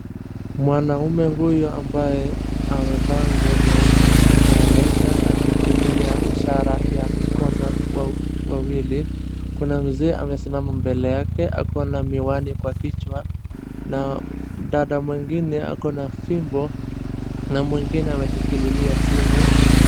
Mwanaume huyu ambaye amevaa nguo nyeupe anaeleza akitumia ishara ya mikono wawili kuna mzee amesimama mbele yake ako na miwani kwa kichwa na dada mwingine ako na fimbo na mwingine ameshikililia simu.